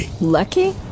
Lucky